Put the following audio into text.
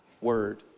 word